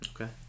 Okay